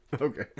Okay